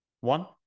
one